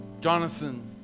Jonathan